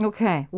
Okay